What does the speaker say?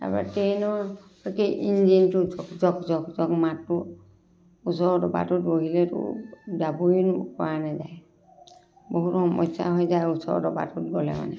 তাৰপৰা ট্ৰেইনত কি ইঞ্জিনটো জকজক জকজক মাতটো ওচৰৰ দবাটোত বহিলেতো যাবই পৰা নাযায় বহুত সমস্যা হৈ যায় ওচৰৰ দবাটোত গ'লে মানে